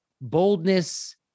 Boldness